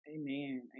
amen